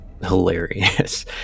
hilarious